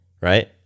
right